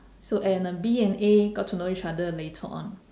so and uh B and A got to know each other later on